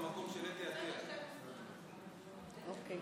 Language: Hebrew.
ביטול אזרחות לאדם שהורשע ברצח או ניסיון